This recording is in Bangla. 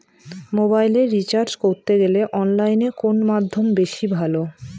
মোবাইলের রিচার্জ করতে গেলে অনলাইনে কোন মাধ্যম বেশি ভালো?